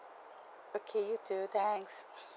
okay you too thanks